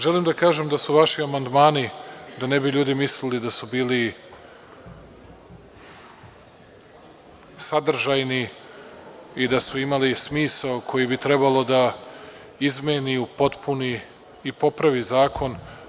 Želim da kažem da su vaši amandmani da ne bi ljudi mislili da su bili sadržajni i da su imali smisao koji bi trebalo da izmeni, upotpuni i popravi zakon.